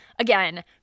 Again